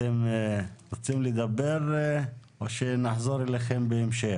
אתם רוצים לדבר או שנחזור אליכם בהמשך?